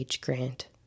Grant